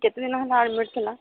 କେତେ ଦିନ ହେଲା ଆଡମିଟ୍ ଥିଲା